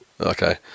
Okay